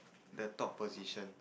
the top position